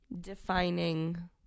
defining